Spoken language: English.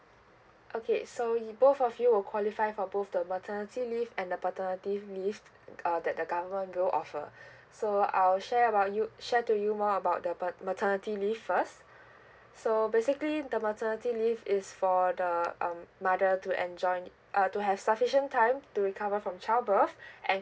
okay so y~ both of you will qualify for both the maternity leave and the paternity leave uh that the government do offer so I'll share about you share to you more about the pat~ maternity leave first so basically the maternity leave is for the um mother to enjoy it uh to have sufficient time to recover from child birthday and